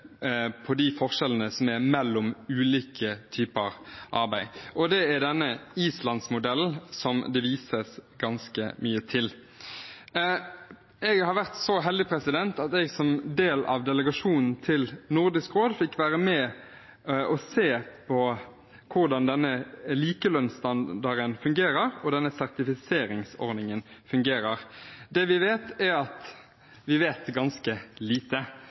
de forskjellene som er mellom ulike typer arbeid. Det gjelder denne Islandsmodellen som det vises ganske mye til. Jeg har vært så heldig at jeg som del av delegasjonen til Nordisk råd fikk være med og se på hvordan denne likelønnsstandarden og denne sertifiseringsordningen fungerer. Det vi vet, er at vi vet ganske lite,